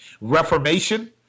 reformation